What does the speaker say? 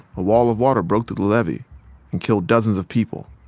a wall of water broke through the levee and killed dozens of people.